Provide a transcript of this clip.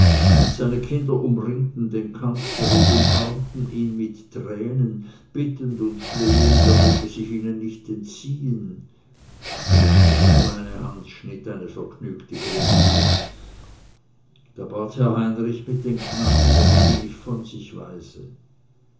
und seine kinder umringten den kanzler und umarmten ihn mit tränen bittend und flehend er möge sich ihnen nicht entziehen nur der kleine hans schnitt eine vergnügte grimasse da bat herr heinrich mit den knaben daß er sie nicht von sich